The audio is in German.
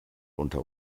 unter